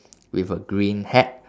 with a green hat